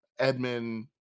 Edmund